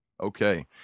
Okay